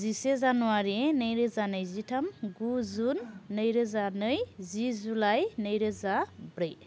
जिसे जानुवारी नै रोजा नैजिथाम गु जुन नै रोजा नै जि जुलाइ नै रोजा ब्रै